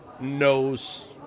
knows